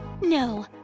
No